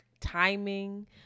timing